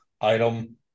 item